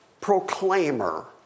proclaimer